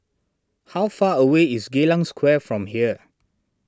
how far away is Geylang Square from here